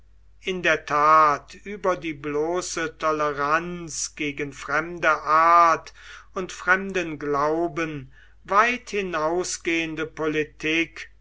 in der tat über die bloße toleranz gegen fremde art und fremden glauben weit hinausgehende politik